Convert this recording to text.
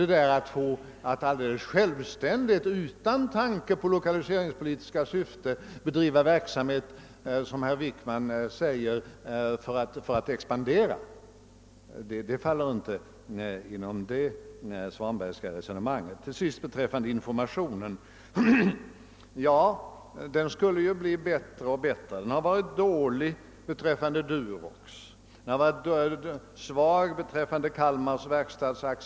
Ty att helt självständigt utan tanke på lokaliseringspolitiska syften bedriva verksamhet för att, som herr Wickman säger, expandera, det faller inte inom det Svanbergska resonemanget. Till sist vill jag säga några ord beträffande den statliga informationen. Den skulle ju bli bättre och bättre. Den har varit dålig beträffande Durox och den har varit svag i propositionen beträffande Kalmar verkstads AB.